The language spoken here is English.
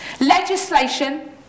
Legislation